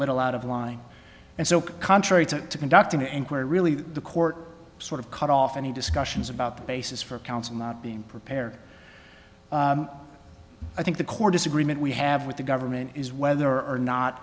little out of line and so contrary to the conduct of the inquiry really the court sort of cut off any discussions about the basis for council not being prepared i think the core disagreement we have with the government is whether or